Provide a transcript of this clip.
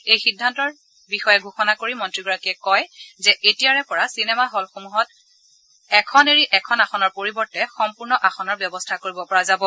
এই সিদ্ধান্তৰ বিষয়ে ঘোষণা কৰি মন্ত্ৰীগৰাকীয়ে কয় যে এতিয়াৰে পৰা চিনেমা হলসমূহত এখন এৰি এখন আসনৰ পৰিৱৰ্তে সম্পূৰ্ণ আসনৰ ব্যৱস্থা কৰিব পাৰিব